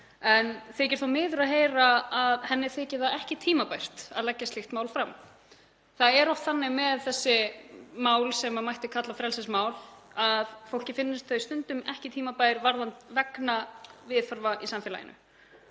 Mér þykir þó miður að heyra að henni þyki ekki tímabært að leggja slíkt mál fram. Það er oft þannig með þessi mál sem mætti kalla frelsismál að fólki finnst þau stundum ekki tímabær vegna viðhorfa í samfélaginu.